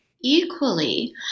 equally